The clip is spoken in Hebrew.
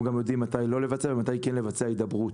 אנחנו גם יודעים מתי לא לבצע ומתי כן לבצע הידברות.